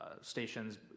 stations